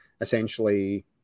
essentially